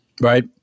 right